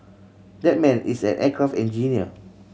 that man is an aircraft engineer